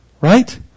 right